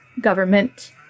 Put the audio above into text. government